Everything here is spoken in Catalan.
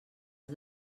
els